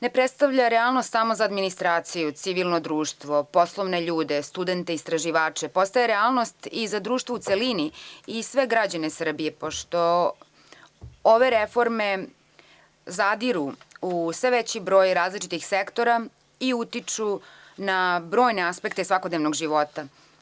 Ne predstavlja realnost samo za administraciju, civilno društvo, poslovne ljude, studente, istraživače, postaje realnost i za društvo u celini i sve građane u Srbiji, pošto ove reforme zadiru u sve veći broj različitih sektora i utiču na brojne aspekte svakodnevnog života.